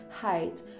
height